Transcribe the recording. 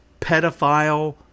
pedophile